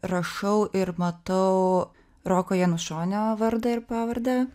rašau ir matau roko janušonio vardą ir pavardę